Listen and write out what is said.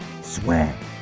swag